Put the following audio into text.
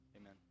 Amen